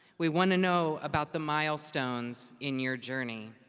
we want to know about the milestones in your journey.